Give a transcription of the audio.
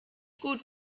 gut